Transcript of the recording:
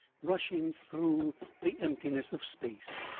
rushing through the emptiness of space.